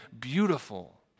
beautiful